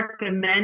recommend